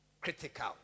critical